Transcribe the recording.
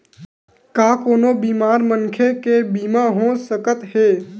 का कोनो बीमार मनखे के बीमा हो सकत हे?